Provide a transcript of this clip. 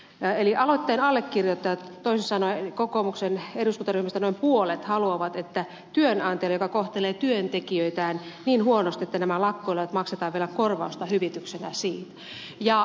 eli aloitteen allekirjoittajat toisin sanoen kokoomuksen eduskuntaryhmästä noin puolet haluavat että työnantajalle joka kohtelee työntekijöitään niin huonosti että nämä lakkoilevat maksetaan vielä korvausta hyvityksenä siitä